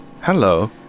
Hello